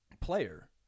player